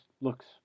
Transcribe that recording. looks